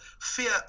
fear